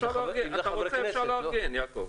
אפשר לארגן, יעקב.